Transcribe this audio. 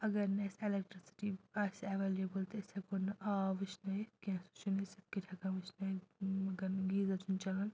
اگر نہٕ اسہِ الیٚکٹِرٛسِٹی آسہِ ایٚولیبٕل تہٕ أسۍ ہیٚکو نہٕ آب وُشنٲیِتھ کیٚنٛہہ سُہ چھِنہٕ أسۍ اِتھ کٲٹھۍ ہیٚکان وُشنٲیِتھ گیٖزَر چھِنہٕ چَلان